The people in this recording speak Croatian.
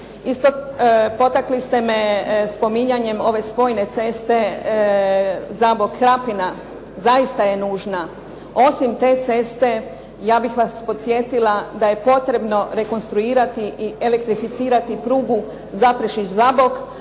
Potakli ste me spominjanjem ove spojne ceste Zabok-Krapina, zaista je nužna. Osim te ceste ja bih vas podsjetila da je potrebno rekonstruirati i elektrificirati prugu Zaprešić-Zabok,